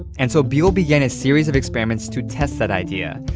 and so, buell began a series of experiments to test that idea.